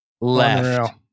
left